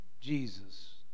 Jesus